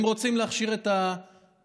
הם רוצים להכשיר את גזל